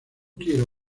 quiero